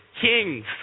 kings